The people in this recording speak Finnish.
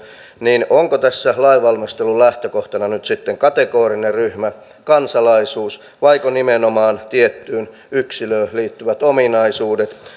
niin onko tässä lainvalmistelun lähtökohtana nyt sitten kategorinen ryhmä kansalaisuus vaiko nimenomaan tiettyyn yksilöön liittyvät ominaisuudet